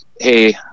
hey